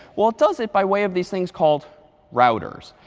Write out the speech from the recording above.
well it does it by way of these things called routers.